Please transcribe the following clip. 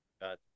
Got